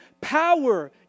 power